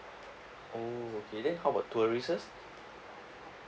oh okay then how about tourists